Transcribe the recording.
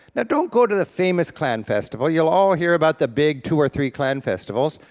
now don't go to the famous clan festival, you'll all hear about the big two or three clan festivals,